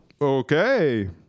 Okay